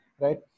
right